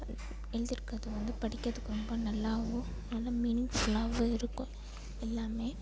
எழுதிருக்கறது வந்து படிக்கிறதுக்கு வந்து ரொம்ப நல்லாவும் நல்ல மீனிங் ஃபுல்லாகவும் இருக்கும் எல்லாமே